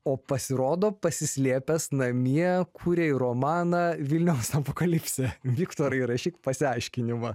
o pasirodo pasislėpęs namie kūrei romaną vilniaus apokalipsė viktorai rašyk pasiaiškinimą